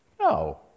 No